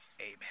Amen